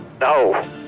No